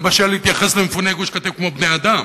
למשל להתייחס למפוני גוש-קטיף כמו לבני-אדם,